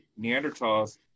Neanderthals